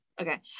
Okay